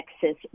Texas